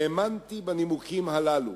האמנתי בנימוקים הללו.